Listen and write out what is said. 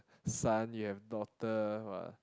son you have a daughter !wah!